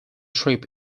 trip